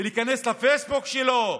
ולהיכנס לפייסבוק שלו,